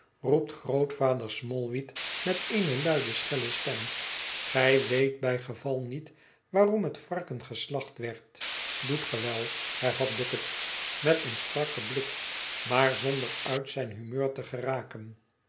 roept grootvader smallweed met eene luide schelle stem gij weet bij geval niet waarom het varken geslacht werd doet ge wel hervat bucket met een strakken blik maar zonder uit zijn humeur te geraken